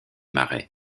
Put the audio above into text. marais